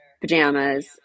pajamas